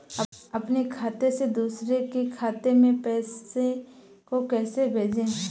अपने खाते से दूसरे के खाते में पैसे को कैसे भेजे?